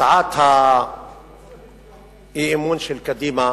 הצעת האי-אמון של קדימה